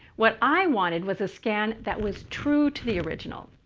what i wanted was a scan that was true to the original,